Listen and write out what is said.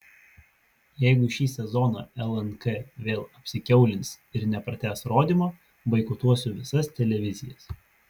jeigu šį sezoną lnk vėl apsikiaulins ir nepratęs rodymo boikotuosiu visas televizijas